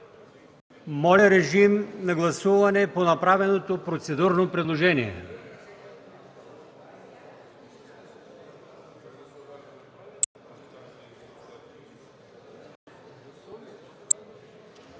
Подлагам на гласуване направеното процедурно предложение